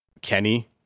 Kenny